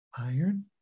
Iron